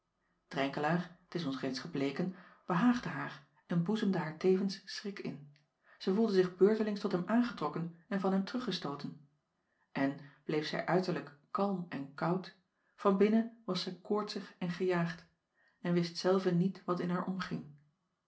renkelaer t is ons reeds gebleken behaagde haar en boezemde haar tevens schrik in zij voelde zich beurtelings tot hem aangetrokken en van hem teruggestooten en bleef zij uiterlijk kalm en koud van binnen was zij koortsig en gejaagd en wist zelve niet wat in haar omging